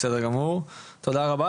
תודה רבה.